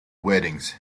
weddings